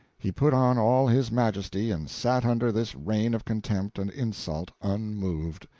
he put on all his majesty and sat under this rain of contempt and insult unmoved.